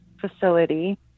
facility